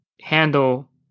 handle